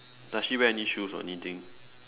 does she wear any shoes or anything